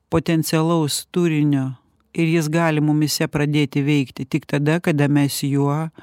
potencialaus turinio ir jis gali mumyse pradėti veikti tik tada kada mes juo